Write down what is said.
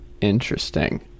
Interesting